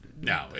No